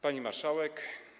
Pani Marszałek!